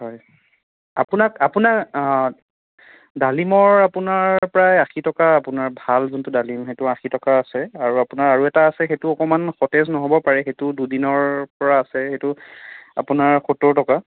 হয় আপোনাক আপোনাক ডালিমৰ আপোনাৰ প্ৰায় আশী টকা আপোনাৰ ভাল যোনটো ডালিম সেইটো আশী টকা আছে আৰু আপোনাৰ আৰু এটা আছে সেইটো অকণমান সতেজ নহ'ব পাৰে সেইটো দুদিনৰ পৰা আছে সেইটো আপোনাৰ সত্তৰ টকা